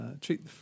Treat